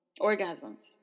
orgasms